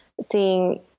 seeing